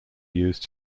used